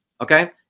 okay